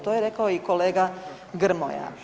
To je rekao i kolega Grmoja.